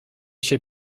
się